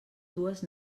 dues